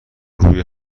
روی